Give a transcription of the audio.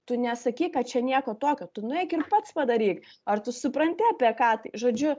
tu nesakyk kad čia nieko tokio tu nueik ir pats padaryk ar tu supranti apie ką tai žodžiu